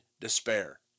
despair